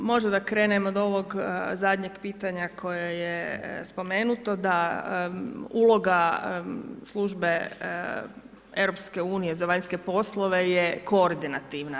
Možda da krenem od ovog zadnjeg pitanja koje je spomenuto da uloga službe EU za vanjske poslove je koordinativna.